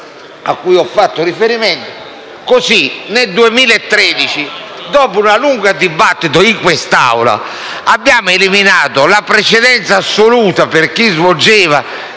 a cui ho fatto riferimento. Nel 2013, dopo un lungo dibattito in quest'Aula, abbiamo eliminato la precedenza assoluta per chi svolgeva